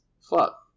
fuck